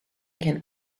can